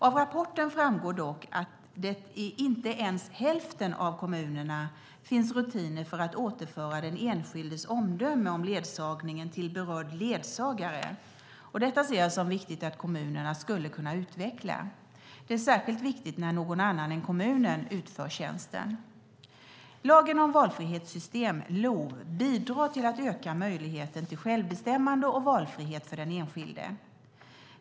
Av rapporten framgår dock att det i inte ens hälften av kommunerna finns rutiner för att återföra den enskildes omdöme om ledsagningen till berörd ledsagare, och detta ser jag som viktigt att kommunerna skulle kunna utveckla. Det är särskilt viktigt när någon annan än kommunen utför tjänsten. Lagen om valfrihetssystem, LOV, bidrar till att öka möjligheten till självbestämmande och valfrihet för den enskilde.